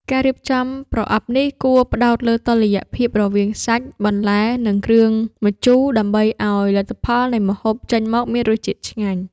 ការរៀបចំប្រអប់នេះគួរផ្ដោតលើតុល្យភាពរវាង សាច់ បន្លែ និងគ្រឿងម្ជូរ ដើម្បីឱ្យលទ្ធផលនៃម្ហូបចេញមកមានរសជាតិឆ្ងាញ់។